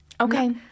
Okay